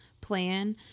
plan